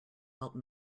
helped